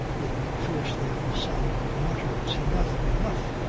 with fiercely sombre mutters enough! enough!